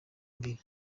mbere